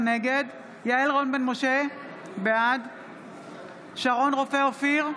נגד יעל רון בן משה, בעד שרון רופא אופיר,